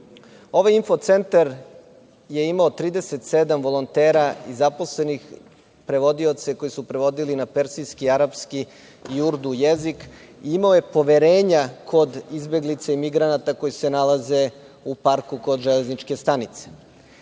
put. Ovaj info-centar je imao 37 volontera i zaposlenih prevodioca koji su prevodili na persijski, arapski i urdu jezik i imao je poverenja kod izbeglica i migranata koji se nalaze u parku kod železničke stanice.